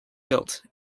built